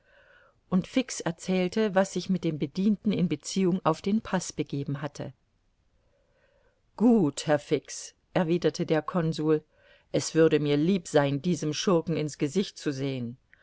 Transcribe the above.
und fix erzählte was sich mit dem bedienten in beziehung auf den paß begeben hatte gut herr fix erwiderte der consul es würde mir lieb sein diesem schurken in's gesicht zu sehen